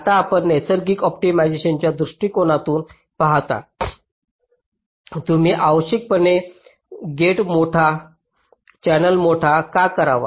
आता आपण नैसर्गिक ऑप्टिमायझेशनच्या दृष्टिकोनातून पाहता आम्ही अनावश्यकपणे दरवाजा मोठा चॅनेल मोठा का करावा